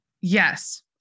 Yes